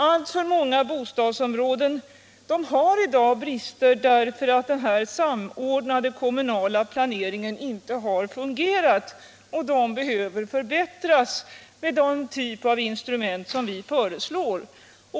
Alltför många bostadsområden har i dag brister därför att denna samordnande kommunala planering inte fungerat. De behöver förbättras med de typer av instrument som vi föreslår.